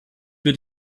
wird